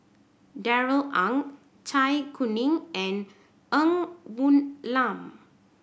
Darrell Ang Zai Kuning and Ng Woon Lam